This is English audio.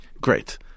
Great